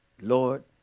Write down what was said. Lord